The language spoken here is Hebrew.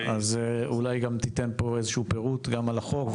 אולי גם תיתן פה פירוט על החוק,